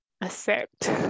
accept